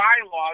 bylaws